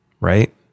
Right